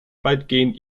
weitgehend